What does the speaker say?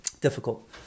Difficult